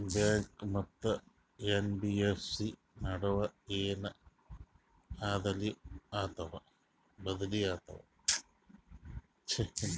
Bank ಮತ್ತ NBFC ನಡುವ ಏನ ಬದಲಿ ಆತವ?